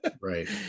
right